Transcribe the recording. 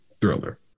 thriller